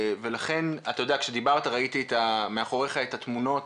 אתה יודע, כשדיברת ראיתי מאחוריך את התמונות,